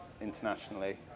internationally